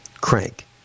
crank